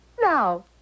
Now